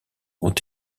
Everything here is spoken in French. ont